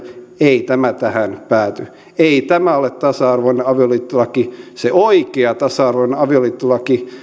ei tämä tähän pääty ei tämä ole tasa arvoinen avioliittolaki se oikea tasa arvoinen avioliittolaki